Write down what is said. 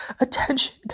attention